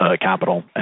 capital